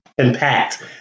Impact